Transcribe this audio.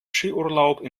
skiurlaub